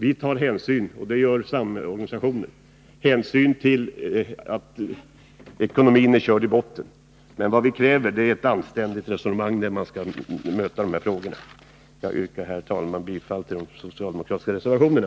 Vi tar hänsyn — och det gör samarbetsorganisationen också — till att samhällsekonomin är körd i botten. Men vad vi kräver är ett anständigt resonemang när man diskuterar de här frågorna. Jag yrkar, herr talman, bifall till de socialdemokratiska reservationerna.